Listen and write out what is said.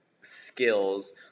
skills